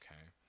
okay